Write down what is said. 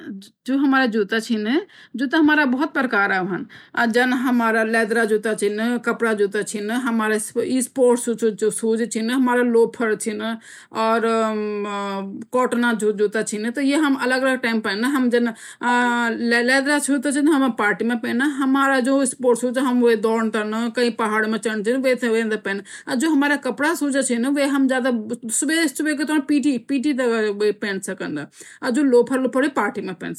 जो हमारा जूता चीन जूता कई प्रकार का हौंडा जन लेदरा जूता छीन कपडा का जूता ,स्पोर्ट्स शूज ,कोठों का जूता चीन तो हम ऐना अलग अलग टाइम फंदा जान हम लेदर शूज मई फंदा ,स्पोर्ट्स शूज तो हम जो हम दौड़ छान न कोई पहाड़ी मई चदन तब हेंडा और जो हमारा छा सुबह सुबह जो पट जो करदा तेमा फंदा और जो ये लोफर जो च येते हम पार्टी सकदा